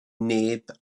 neb